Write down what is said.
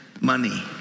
money